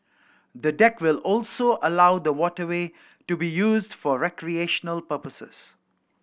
the deck will also allow the waterway to be used for recreational purposes